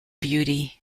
beauty